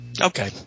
Okay